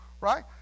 Right